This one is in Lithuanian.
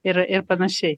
ir ir panašiai